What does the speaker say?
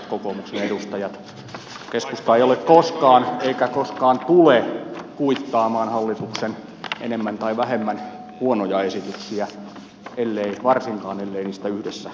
keskusta ei ole koskaan kuitannut eikä koskaan tule kuittaamaan hallituksen enemmän tai vähemmän huonoja esityksiä varsinkaan ellei niistä yhdessä keskustella